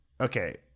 okay